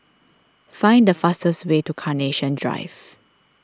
find the fastest way to Carnation Drive